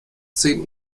zehn